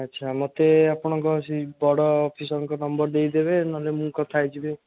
ଆଚ୍ଛା ମୋତେ ଆପଣଙ୍କ ସେଇ ବଡ଼ ଅଫିସର୍ଙ୍କ ନମ୍ବର୍ ଦେଇଦେବେ ନହେଲେ ମୁଁ କଥା ହୋଇଯିବି